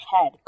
head